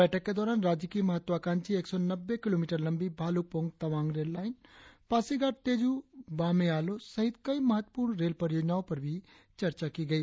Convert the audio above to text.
बैठक के दौरान राज्य की महत्वाकांक्षी एक सौ नब्बे किलोमीटर लंबी भालुकपोंग तवांग रेल लाईन पासीघाट तेजू बामे आलो सहित कई महत्वपूर्ण रेल परियोजनाओं पर भी चर्चा की गई